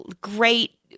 Great